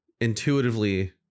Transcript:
intuitively